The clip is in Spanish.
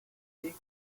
jake